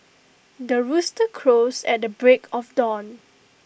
the rooster crows at the break of dawn